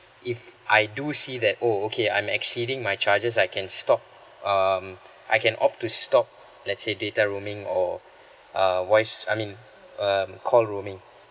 if I do see that oh okay I'm exceeding my charges I can stop um I can opt to stop let's say data roaming or uh voice I mean um call roaming